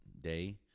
day